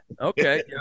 okay